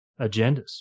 agendas